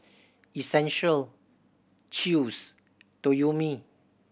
Essential Chew's Toyomi